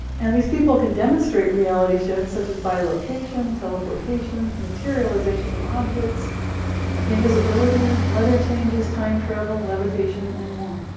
and these people can demonstrate reality shifts such as bilocation teleportation materialization of objects invisibility weather changes time travel levitation and more.